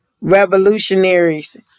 revolutionaries